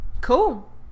Cool